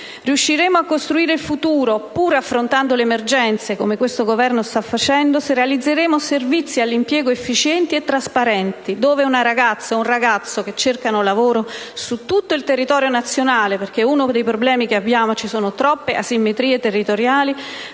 Riusciremo a costruire il futuro pure affrontando le emergenze, come questo Governo sta facendo, se realizzeremo servizi all'impiego efficienti e trasparenti, dove una ragazza o un ragazzo che cerca lavoro su tutto il territorio nazionale (perché uno dei problemi che abbiamo è che ci sono troppe asimmetrie territoriali)